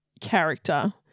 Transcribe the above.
character